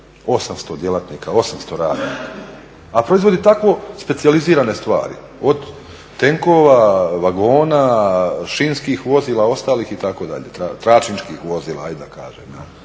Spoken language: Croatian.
800 djelatnika, 800 radnika, a proizvodi tako specijalizirane stvari od tenkova, vagona, šinskih vozila ostalih itd., tračničkih vozila hajde da kažem.